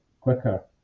quicker